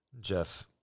Jeff